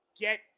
get